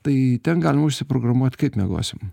tai ten galima užsiprogramuot kaip miegosim